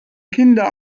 kinder